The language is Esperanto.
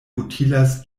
utilas